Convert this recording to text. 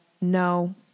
no